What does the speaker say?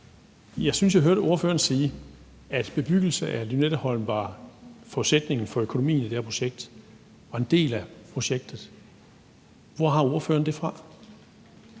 Jeg synes, at jeg hørte ordføreren sige, at bebyggelse af Lynetteholm var forudsætningen for økonomien i det her projekt og en del af projektet. Hvor har ordføreren det fra?